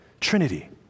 trinity